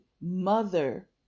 mother